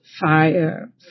fire